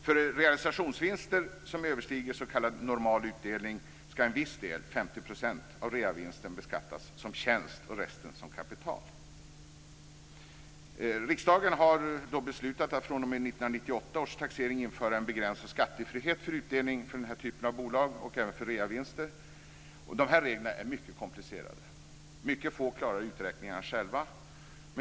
För realisationsvinster som överstiger s.k. normal utdelning ska en viss del, 50 %, av reavinsten beskattas som tjänst och resten som kapital. Riksdagen har beslutat att fr.o.m. 1998 års taxering införa en begränsad skattefrihet för utdelning från den här typen av bolag och även för reavinster. De reglerna är mycket komplicerade. Mycket få klarar uträkningarna själva.